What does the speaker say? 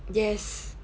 yes